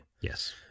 Yes